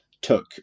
took